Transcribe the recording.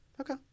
Okay